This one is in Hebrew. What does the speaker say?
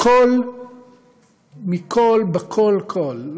כל מכל בכול כול.